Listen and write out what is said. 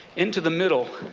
into the middle